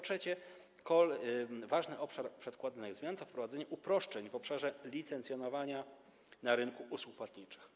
Trzeci ważny obszar przedkładanych zmian to wprowadzenie uproszczeń w obszarze licencjonowania na rynku usług płatniczych.